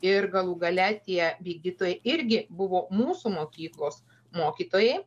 ir galų gale tie vykdytojai irgi buvo mūsų mokyklos mokytojai